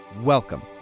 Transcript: Welcome